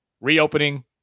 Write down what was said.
reopening